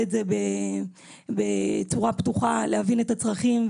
את זה בצורה פתוחה ומנסה להבין את הצרכים,